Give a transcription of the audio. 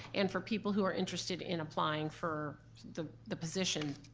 and for people who are interested in applying for the the position.